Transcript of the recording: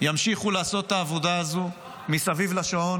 ימשיכו לעשות את העבודה הזו מסביב לשעון.